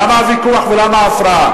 למה הוויכוח ולמה ההפרעה?